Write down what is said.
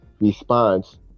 response